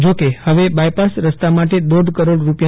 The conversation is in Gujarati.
જોકે હવે બાયપાસ રસ્તા માટે દોઢ કરીડ રૂા